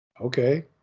Okay